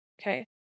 Okay